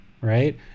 right